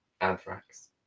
Anthrax